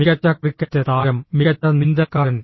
മികച്ച ക്രിക്കറ്റ് താരം മികച്ച നീന്തൽക്കാരൻ